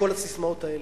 כל הססמאות האלה.